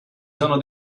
sono